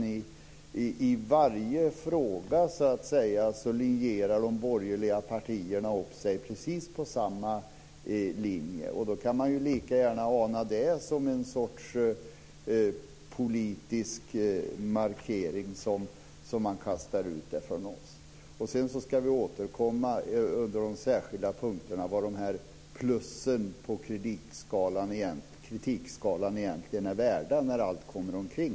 I varje fråga lierar sig de borgerliga partierna precis om samma linje. Då kan man lika gärna se det som en sorts politisk markering på samma sätt som man beskyller oss för. Sedan ska vi återkomma till de särskilda punkterna och vad "plussen" på kritikskalan egentligen är värda när allt omkring.